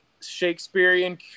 Shakespearean